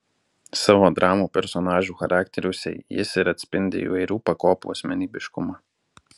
savo dramų personažų charakteriuose jis ir atspindi įvairių pakopų asmenybiškumą